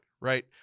right